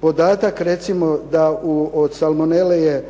Podatak recimo da od salmonele je